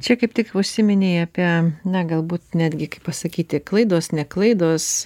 čia kaip tik užsiminei apie na galbūt netgi kaip pasakyti klaidos ne klaidos